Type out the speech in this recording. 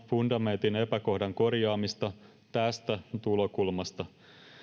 fundamentin epäkohdan korjaamista tästä tulokulmasta